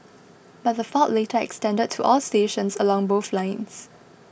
but the fault later extended to all stations along both lines